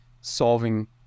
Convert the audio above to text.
solving